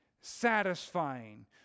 satisfying